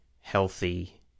healthy